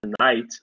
tonight